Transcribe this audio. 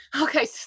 Okay